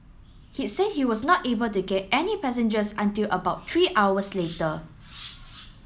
he said he was not able to get any passengers until about three hours later